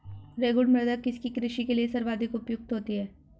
रेगुड़ मृदा किसकी कृषि के लिए सर्वाधिक उपयुक्त होती है?